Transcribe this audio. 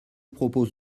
propose